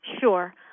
Sure